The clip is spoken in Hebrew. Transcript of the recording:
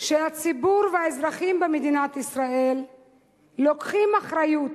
שהציבור והאזרחים במדינת ישראל לוקחים אחריות